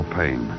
pain